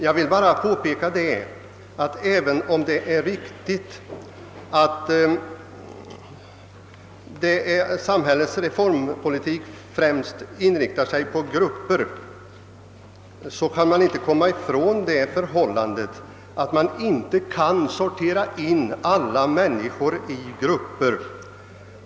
Jag vill bara påpeka att även om det är riktigt att samhällets reformpolitik främst inriktas på grupper, så kan man inte komma ifrån det förhållandet att man inte kan sortera in alla människor i grupper.